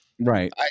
Right